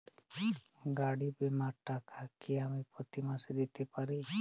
গাড়ী বীমার টাকা কি আমি প্রতি মাসে দিতে পারি?